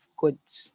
goods